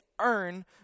earn